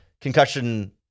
concussion